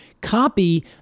copy